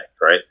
right